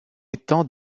étant